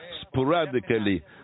sporadically